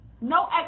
No